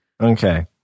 Okay